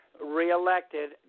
reelected